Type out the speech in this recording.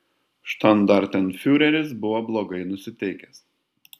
štandartenfiureris buvo blogai nusiteikęs